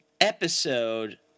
episode